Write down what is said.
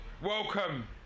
Welcome